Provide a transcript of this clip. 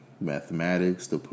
mathematics